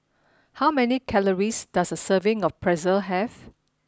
how many calories does a serving of Pretzel have